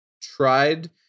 tried